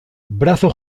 brazo